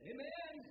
Amen